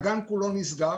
הגן כולו נסגר.